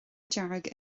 dearg